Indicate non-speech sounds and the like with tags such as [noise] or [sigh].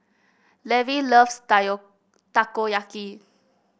Levi loves [unintelligible] Takoyaki